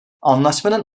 anlaşmanın